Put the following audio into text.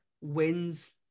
wins